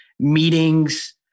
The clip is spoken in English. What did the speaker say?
meetings